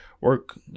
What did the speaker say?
work